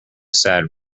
sad